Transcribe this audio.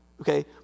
okay